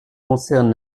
concerne